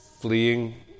fleeing